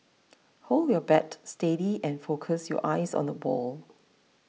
hold your bat steady and focus your eyes on the ball